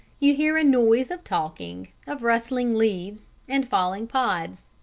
you hear a noise of talking, of rustling leaves, and falling pods.